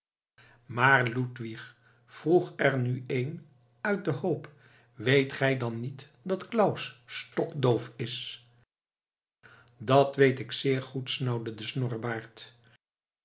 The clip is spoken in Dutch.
maar ludwig vroeg er nu een uit den hoop weet gij dan niet dat claus stokdoof is dat weet ik zeer goed snauwde